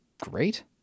great